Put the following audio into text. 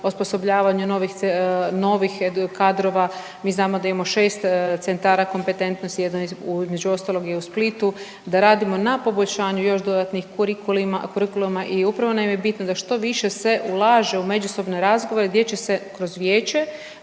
osposobljavanja novih kadrova, mi znamo da imamo 6 centara kompetentnosti, jedno između ostalog je u Splitu. Da radimo na poboljšanju još dodatnih kurikulima i upravo nam je bitno da što više se ulaže u međusobne razgovore gdje će se kroz vijeće